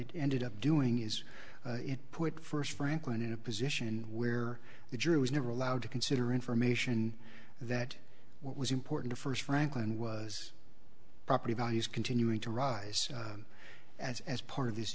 it ended up doing is it put first franklin in a position where the jury was never allowed to consider information that what was important first frankland was property values continuing to rise as as part of this